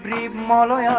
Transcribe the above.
a mano